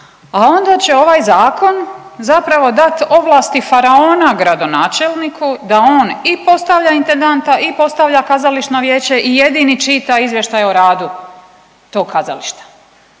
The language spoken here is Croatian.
a onda će ovaj Zakon zapravo dat ovlasti faraona gradonačelniku da on i postavlja intendanta i postavlja kazališna vijeća i jedini čita izvještaj o radu tog kazališta.